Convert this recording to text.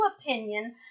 opinion